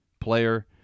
player